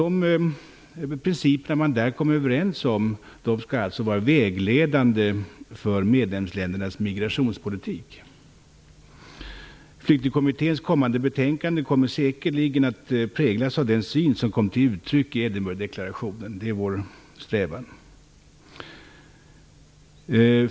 De principer man där kom överens om skall alltså vara vägledande för medlemsländernas migrationspolitik. Flyktingkommitténs kommande betänkande kommer säkerligen att präglas av den syn som kom till uttryck i Edinburghdeklarationen, och det är vår strävan.